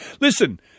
listen